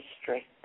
history